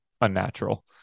unnatural